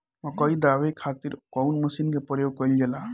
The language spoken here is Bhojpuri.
मकई दावे खातीर कउन मसीन के प्रयोग कईल जाला?